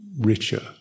richer